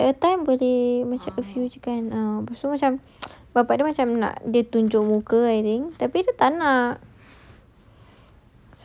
uh kalau at that time boleh macam a few saja kan lepas tu macam bapa dia macam nak dia tunjuk muka I think tapi dia tak nak